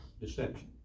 Deception